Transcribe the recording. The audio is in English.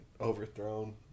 overthrown